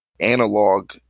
analog